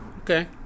okay